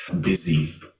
busy